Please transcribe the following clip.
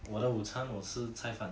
我的午餐我吃菜饭